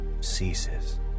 ceases